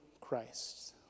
Christ